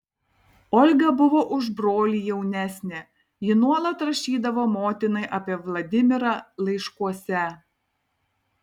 olga buvo už brolį jaunesnė ji nuolat rašydavo motinai apie vladimirą laiškuose